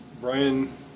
Brian